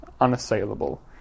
unassailable